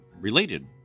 related